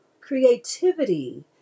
creativity